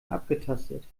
abgetastet